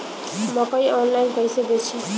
मकई आनलाइन कइसे बेची?